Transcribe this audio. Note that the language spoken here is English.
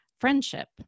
friendship